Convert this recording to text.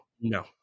no